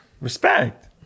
respect